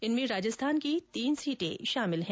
इनमें राजस्थान की तीन सीटें शामिल है